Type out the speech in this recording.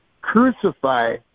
Crucify